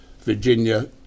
Virginia